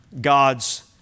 God's